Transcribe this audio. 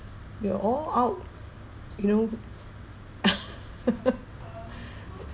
we are all out you know